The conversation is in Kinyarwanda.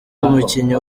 umukinnyi